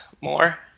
more